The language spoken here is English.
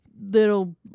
little